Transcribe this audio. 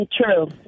True